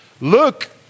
Look